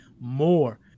more